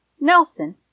Nelson